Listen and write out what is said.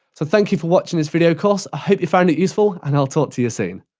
so thank you for watching this video course. i hope you find it useful, and i'll talk to you soon.